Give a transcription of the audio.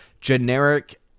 generic